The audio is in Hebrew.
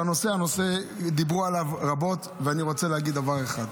הנושא הוא נושא שדיברו עליו רבות ואני רוצה להגיד דבר אחד.